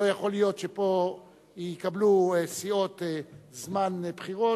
לא יכול להיות שפה יקבלו סיעות זמן בחירות.